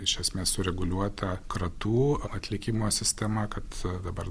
iš esmės sureguliuota kratų atlikimo sistema kad dabar